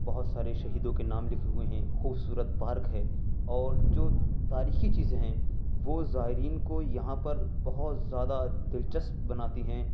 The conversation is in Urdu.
بہت سارے شہیدوں کے نام لکھے ہوئے ہیں خوبصورت پارک ہے اور جو تاریخی چیزیں ہیں وہ زائرین کو یہاں پر بہت زیادہ دلچسپ بناتی ہیں